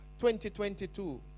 2022